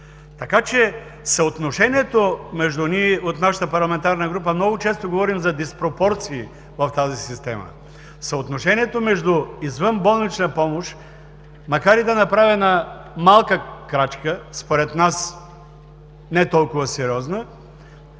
помощ. Съотношението – от нашата парламентарна група много често говорим за диспропорции в тази система – между извънболнична помощ, макар и да е направена малка крачка, според нас не толкова сериозна,